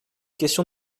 question